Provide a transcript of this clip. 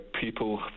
people